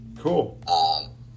Cool